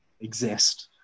exist